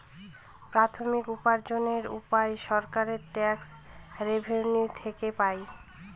প্রাথমিক উপার্জনের উপায় সরকার ট্যাক্স রেভেনিউ থেকে পাই